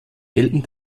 gelten